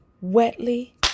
wetly